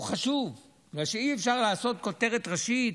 הוא חשוב בגלל שאי-אפשר לעשות כותרת ראשית